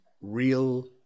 real